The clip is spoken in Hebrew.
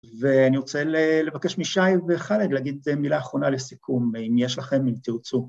ואני רוצה לבקש מישי וחלאד להגיד מילה אחרונה לסיכום, אם יש לכם, אם תרצו.